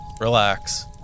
relax